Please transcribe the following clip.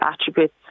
attributes